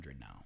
now